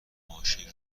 ماشین